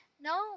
No